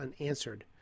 unanswered